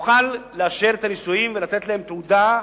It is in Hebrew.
יוכל לאשר את הנישואים ולתת להם תעודה,